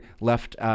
left